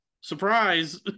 surprise